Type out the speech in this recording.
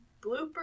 bloopers